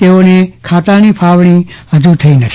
તેઓને ખાતાંની ફાળવણી હજૂ થઈ નથી